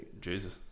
Jesus